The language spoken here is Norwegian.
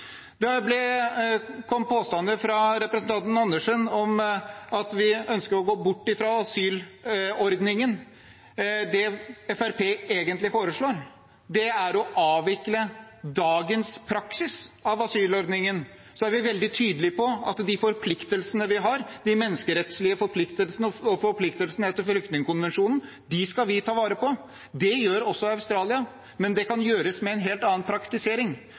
Det kom påstander fra representanten Karin Andersen om at vi ønsker å gå bort fra asylordningen. Det Fremskrittspartiet egentlig foreslår, er å avvikle dagens praksis av asylordningen. Vi er veldig tydelige på at de forpliktelsene vi har, de menneskerettslige forpliktelsene og forpliktelsene etter flyktningkonvensjonen, skal vi ta vare på. Det gjør også Australia, men det kan gjøres med en helt annen praktisering.